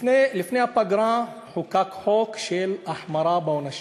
לפני הפגרה חוקק חוק של החמרה בעונשים.